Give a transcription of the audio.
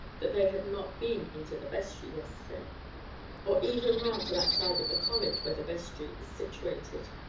that they had not been into the vestry yesterday, or even round to that side of the college where the vestry is situated.